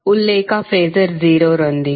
ಉಲ್ಲೇಖ ಫಾಸರ್ 0 ರೊಂದಿಗೆ